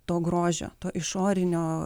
to grožio to išorinio